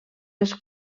les